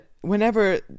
whenever